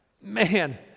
man